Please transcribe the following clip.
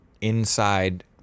inside